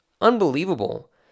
unbelievable